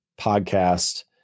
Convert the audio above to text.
podcast